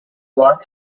wants